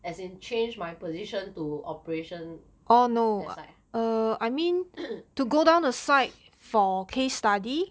as in change my position to operation that side ah